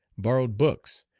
borrowed books,